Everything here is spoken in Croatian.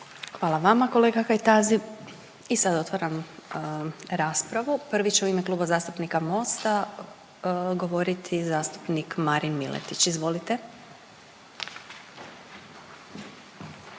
Hvala vama kolega Kajtazi. I sad otvaram raspravu, prvi će u ime Kluba zastupnika Mosta govoriti zastupnik Marin Miletić, izvolite.